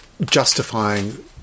justifying